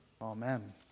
amen